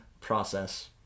process